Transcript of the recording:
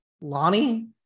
Lonnie